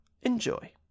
Enjoy